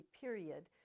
period